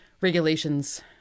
regulations